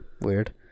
Weird